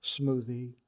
smoothie